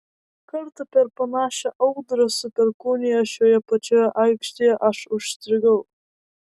kartą per panašią audrą su perkūnija šioje pačioje aikštėje aš užstrigau